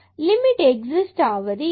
limit exist ஆவது இல்லை